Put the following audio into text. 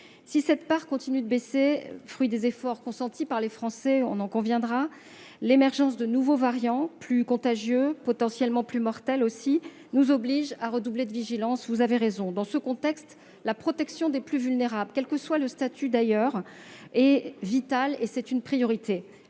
Si cette part continue de baisser, fruit des efforts consentis par les Français, on en conviendra, l'émergence de nouveaux variants, plus contagieux et potentiellement plus mortels, nous oblige à redoubler de vigilance, vous avez raison. Dans ce contexte, la protection des plus vulnérables, quel que soit leur statut, est vitale et, donc, prioritaire.